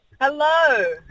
Hello